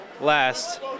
last